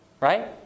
right